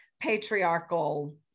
patriarchal